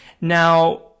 Now